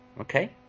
Okay